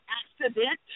accident